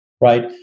right